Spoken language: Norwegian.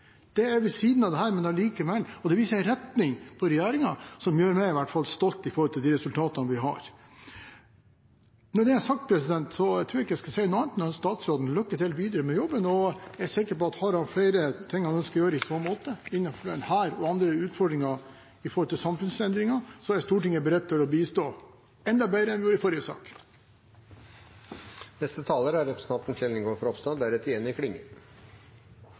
Det er på siden av dette, men likevel viser det en retning hos regjeringen som gjør i hvert fall meg stolt av de resultatene vi har. Når det er sagt, tror jeg ikke jeg skal si noe annet enn å ønske statsråden lykke til med jobben, og jeg er sikker på at om han har flere ting han ønsker å gjøre i så måte, innenfor denne og andre utfordringer når det gjelder samfunnsendringer, er Stortinget beredt til å bistå enda bedre enn vi gjorde i forrige sak. Saken vi skal vedta i dag, er